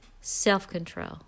self-control